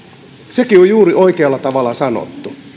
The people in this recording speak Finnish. sekin on juuri oikealla tavalla sanottu